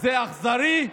זה אכזרי?